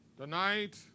Tonight